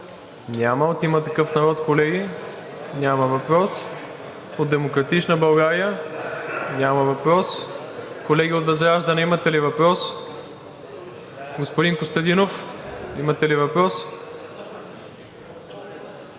Няма. От „Има такъв народ“, колеги? Няма въпрос. От „Демократична България“? Няма въпрос. Колеги от ВЪЗРАЖДАНЕ, имате ли въпрос? Господин Костадинов, имате ли въпрос?